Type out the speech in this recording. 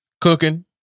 cooking